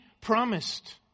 promised